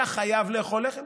אתה חייב לאכול לחם?